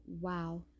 wow